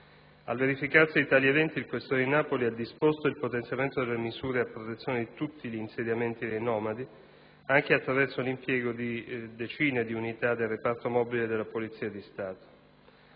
Al verificarsi di tali eventi il questore di Napoli ha disposto il potenziamento delle misure a protezione di tutti gli insediamenti dei nomadi, anche attraverso l'impiego di decine di unità del reparto mobile della Polizia di Stato.